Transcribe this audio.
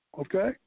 Okay